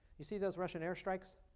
you see those russian airstrikes?